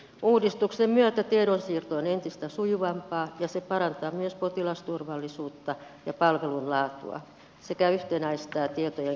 uudistuksen myötä tiedonsiirto on entistä sujuvampaa ja se parantaa myös potilasturvallisuutta ja palvelun laatua sekä yhtenäistää tietojen kirjaustapaa